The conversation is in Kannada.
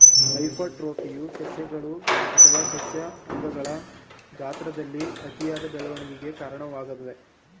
ಹೈಪರ್ಟ್ರೋಫಿಯು ಸಸ್ಯಗಳು ಅಥವಾ ಸಸ್ಯ ಅಂಗಗಳ ಗಾತ್ರದಲ್ಲಿ ಅತಿಯಾದ ಬೆಳವಣಿಗೆಗೆ ಕಾರಣವಾಗ್ತದೆ